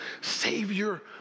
Savior